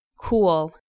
cool